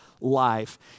life